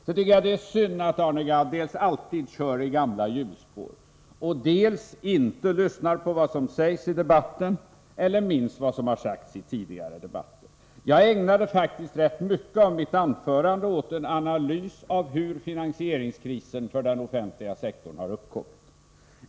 Jag tycker att det är synd att Arne Gadd dels alltid kör i gamla hjulspår, dels inte lyssnar på vad som sägs i debatten eller minns vad som har sagts i tidigare debatter. Jag ägnade faktiskt rätt mycket av mitt anförande åt en analys av hur finansieringskrisen för den offentliga sektorn har uppkommit.